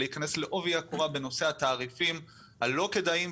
להיכנס לעובי הקורה בנושא התעריפים הלא כדאיים,